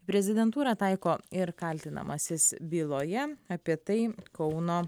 prezidentūrą taiko ir kaltinamasis byloje apie tai kauno